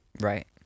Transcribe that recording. right